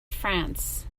france